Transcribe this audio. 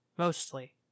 mostly